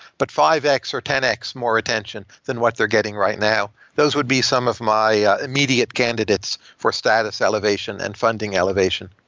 but five x or ten x more attention than what they're getting right now. those would be some of my immediate candidates for status elevation and funding elevation.